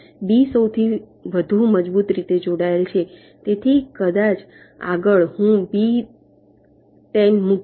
B સૌથી વધુ મજબૂત રીતે જોડાયેલ છે તેથી કદાચ આગળ હું B 10 મૂકીશ